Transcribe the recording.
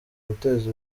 guteza